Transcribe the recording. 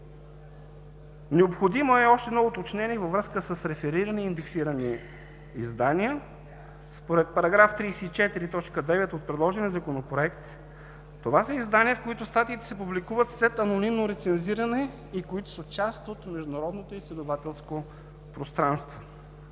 Необходимо е още едно уточнение във връзка с реферирани и индексирани издания. Според § 34, т. 9 от предложения Законопроект това са издания, в които статиите се публикуват след анонимно рецензиране и които са част от международното изследователско пространство.